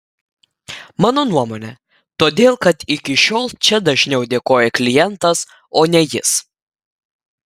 mano nuomone todėl kad iki šiol čia dažniau dėkoja klientas o ne jis